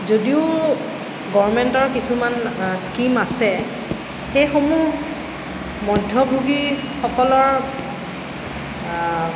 যদিও গভৰ্ণমেণ্টৰ কিছুমান স্কীম আছে সেইসমূহ মধ্যভোগীসকলৰ